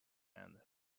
and